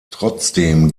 trotzdem